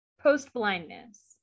post-blindness